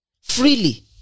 Freely